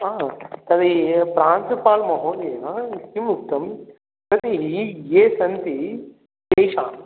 आं तर्हि प्रान्सुपाल्महोदयेन किं उक्तं यदि ये सन्ति तेषां